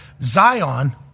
Zion –